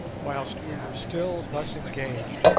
whilst we were still thus engaged,